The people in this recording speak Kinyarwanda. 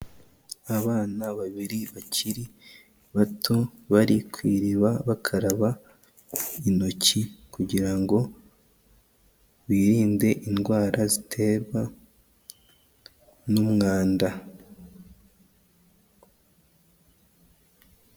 Abana babiri bakiri bato bari ku iriba bakaraba intoki kugira ngo birinde indwara ziterwa n'umwanda.